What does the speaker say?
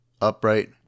upright